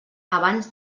abans